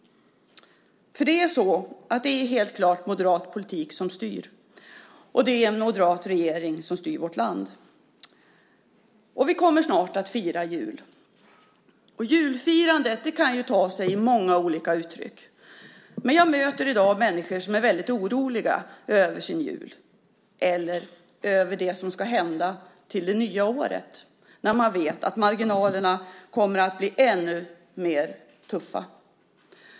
Helt klart är det den moderata politiken som dominerar, och det är en moderat regering som styr vårt land. Vi kommer snart att fira jul. Julfirandet kan ta sig många olika uttryck. Jag möter i dag människor som är mycket oroliga för sin jul och för det som ska hända på det nya året då vi vet att marginalerna kommer att bli ännu tuffare.